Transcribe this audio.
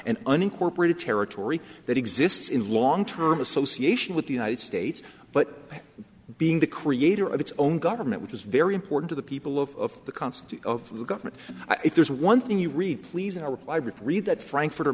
an unincorporated territory that exists in long term association with the united states but being the creator of its own government which is very important to the people of the concept of government if there's one thing you read please in our vibratory that frankfurt